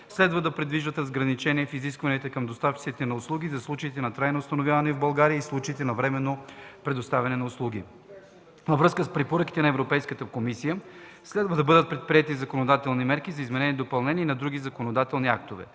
следва да предвиждат разграничение в изискванията към доставчиците на услуги за случаите на трайно установяване в България и случаите на временно предоставяне на услуги. Във връзка с препоръките на Европейската комисия следва да бъдат предприети законодателни мерки за изменение и допълнение и в други законодателни актове.